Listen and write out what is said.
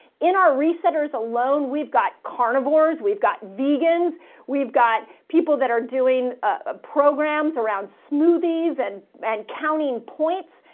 in our recenters alone, we've got carnivores, we've got vegans. we've got people that are doing, ah, programs around smoothies and and counting points.